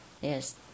yes